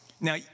Now